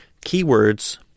Keywords